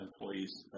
employees